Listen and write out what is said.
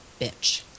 bitch